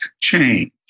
change